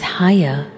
higher